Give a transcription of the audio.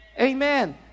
Amen